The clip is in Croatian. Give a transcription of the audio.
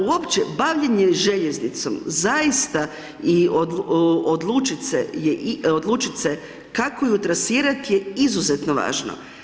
Uopće bavljenje željeznicom zaista i odlučit se kako ju tresirati je izuzetno važno.